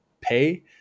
pay